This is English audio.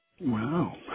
Wow